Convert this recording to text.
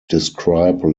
describe